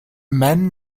man